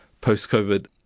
Post-COVID